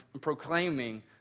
proclaiming